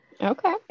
Okay